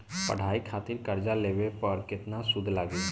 पढ़ाई खातिर कर्जा लेवे पर केतना सूद लागी?